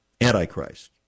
Antichrist